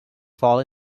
fall